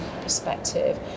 perspective